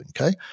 okay